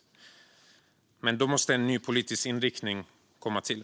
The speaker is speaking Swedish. Men då måste en ny politisk inriktning komma till.